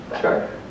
Sure